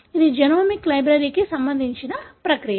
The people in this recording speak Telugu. ఇది జెనోమిక్ లైబ్రరీకి సంబంధించిన ప్రక్రియ